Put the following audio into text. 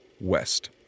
west